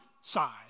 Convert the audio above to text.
side